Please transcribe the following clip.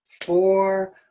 four